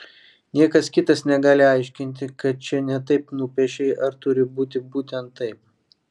niekas kitas negali aiškinti kad čia ne taip nupiešei ar turi būti būtent taip